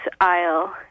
aisle